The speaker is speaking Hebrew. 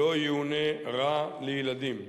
שלא יאונה רע לילדים.